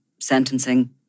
Sentencing